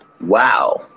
wow